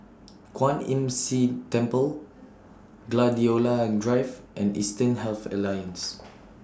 Kwan Imm See Temple Gladiola Drive and Eastern Health Alliance